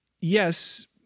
yes